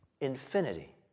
infinity